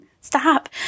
Stop